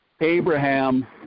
Abraham